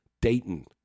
Dayton